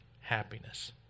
happiness